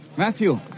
Matthew